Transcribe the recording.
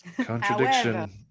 Contradiction